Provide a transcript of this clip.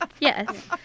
Yes